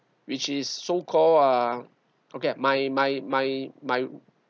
which is so called uh okay my my my my